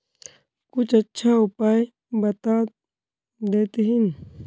कुछ अच्छा उपाय बता देतहिन?